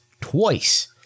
twice